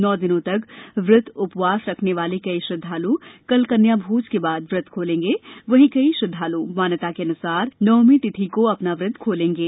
नौ दिनों तक व्रत उपवास रखने वाले कई श्रद्धाल कल कन्याभोज के बाद व्रत खोलेंगे वहीं कई श्रद्धाल् मान्यतान्सार नवमी तिथि को अपना व्रत खोलेगें